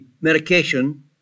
medication